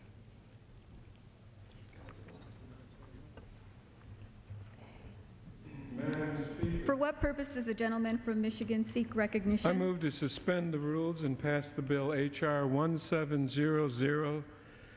from